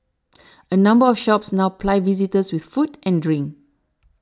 a number of shops now ply visitors with food and drink